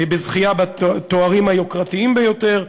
בזכייה בתארים היוקרתיים ביותר,